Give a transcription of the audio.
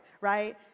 right